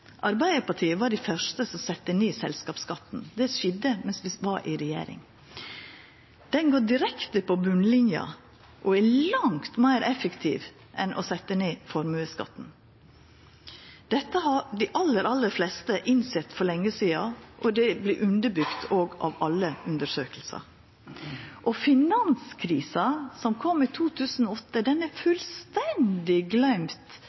Arbeidarpartiet var dei første som sette ned selskapsskatten. Det skjedde mens vi var i regjering. Han går direkte på botnlinja, og det er langt meir effektivt enn å setja ned formuesskatten. Dette har dei aller fleste innsett for lenge sidan, og det vert òg underbygd av alle undersøkingar. Finanskrisa, som kom i 2008, er